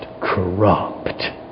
corrupt